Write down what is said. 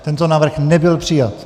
Tento návrh nebyl přijat.